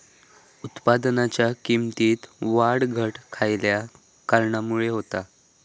उत्पादनाच्या किमतीत वाढ घट खयल्या कारणामुळे होता?